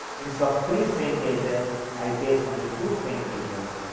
instead so three strain gauges i face only two strain gauges.